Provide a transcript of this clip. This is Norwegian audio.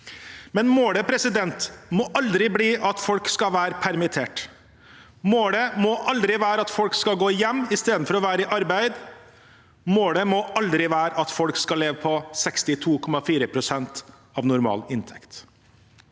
Men målet må aldri bli at folk skal være permittert. Målet må aldri være at folk skal gå hjemme istedenfor å være i arbeid. Målet må aldri være at folk skal leve på 62,4 pst. av normal inntekt.